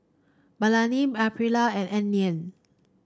Balina Aprilia and Anlene